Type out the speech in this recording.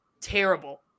terrible